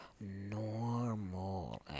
normal